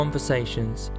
Conversations